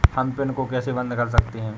हम पिन को कैसे बंद कर सकते हैं?